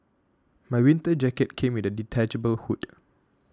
my winter jacket came with a detachable hood